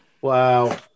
Wow